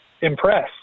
impress